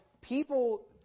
people